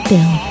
Bill